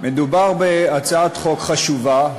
מדובר בהצעת חוק חשובה,